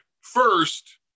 First